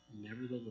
Nevertheless